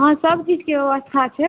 हँ सभकिछुके व्यवस्था छै